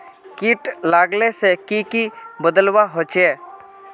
किट लगाले से की की बदलाव होचए?